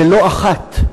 ולא אחת,